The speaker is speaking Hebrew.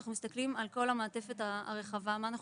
אנחנו מסתכלים על כל המעטפת הרחבה,